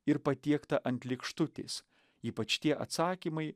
ir patiekta ant lėkštutės ypač tie atsakymai